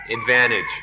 advantage